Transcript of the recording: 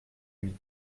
huit